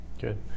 good